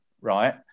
right